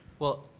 well,